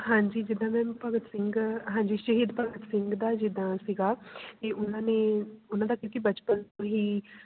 ਹਾਂਜੀ ਜਿਦਾਂ ਮੈਮ ਭਗਤ ਸਿੰਘ ਹਾਂਜੀ ਸ਼ਹੀਦ ਭਗਤ ਸਿੰਘ ਦਾ ਜਿੱਦਾਂ ਸੀਗਾ ਕਿ ਉਹਨਾਂ ਨੇ ਉਹਨਾਂ ਦਾ ਕਿਉਂਕਿ ਬਚਪਨ ਹੀ